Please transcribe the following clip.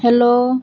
hello